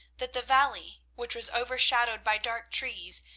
that the valley, which was overshadowed by dark trees,